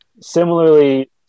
Similarly